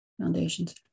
foundations